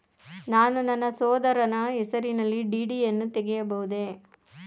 ನಾನು ನನ್ನ ಸಹೋದರನ ಹೆಸರಿನಲ್ಲಿ ಡಿ.ಡಿ ಯನ್ನು ತೆಗೆಯಬಹುದೇ?